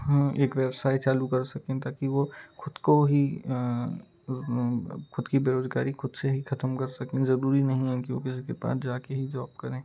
एक व्यवसाय चालू कर सकें ताकि वो खुद को ही खुद की बेरोजगारी खुद से खत्म कर सकें जरूरी नहीं है कि वह किसी के पास जाकर ही जॉब करें